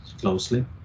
closely